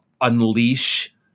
unleash